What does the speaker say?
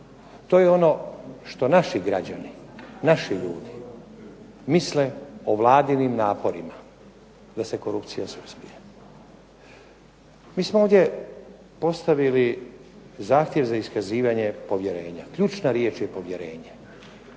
To je ono što naši građani, naši ljudi misle o Vladinim naporima da se korupcija suzbije. Mi smo ovdje postavili zahtjev za iskazivanje povjerenja. Ključna riječ je povjerenje.